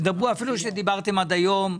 אפילו שדיברתם איתם עד היום,